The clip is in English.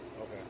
Okay